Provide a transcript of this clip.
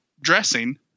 dressing